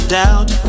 doubt